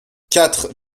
quatre